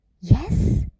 Yes